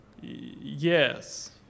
Yes